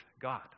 God